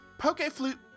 Pokeflute